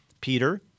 Peter